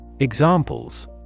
Examples